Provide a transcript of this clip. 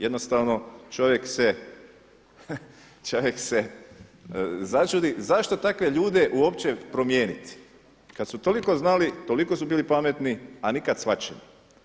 Jednostavno čovjek se začudi zašto takve ljude uopće promijeniti kada su toliko znali, toliko su bili pametni, a nikad shvaćeni.